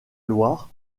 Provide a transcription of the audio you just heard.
loire